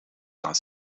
kan